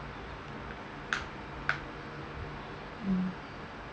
mm